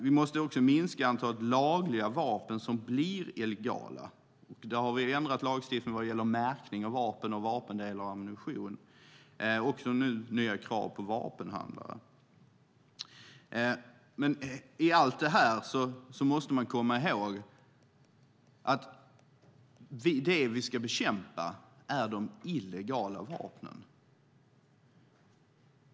Vi måste också minska antalet lagliga vapen som blir illegala. Där har vi ändrat lagstiftningen vad gäller märkning av vapen, vapendelar och ammunition. Vi ställer också nya krav på vapenhandlare. Men vi måste komma ihåg att det som vi ska bekämpa är de illegala vapnen.